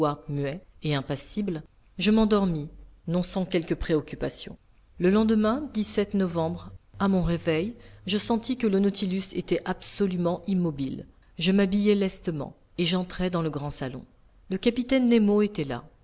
muet et impassible je m'endormis non sans quelque préoccupation le lendemain novembre à mon réveil je sentis que le nautilus était absolument immobile je m'habillai lestement et j'entrai dans le grand salon le capitaine nemo était là